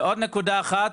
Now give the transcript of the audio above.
ועוד נקודה אחת.